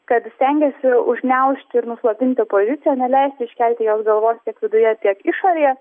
kad stengiasi užgniaužti ir nuslopinti policiją neleisti iškelti jos galvos tiek viduje tiek išorėje